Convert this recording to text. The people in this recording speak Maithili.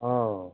अँ